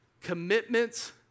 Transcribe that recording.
commitments